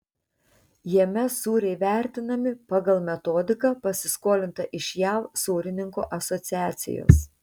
jame sūriai vertinami pagal metodiką pasiskolintą iš jav sūrininkų asociacijos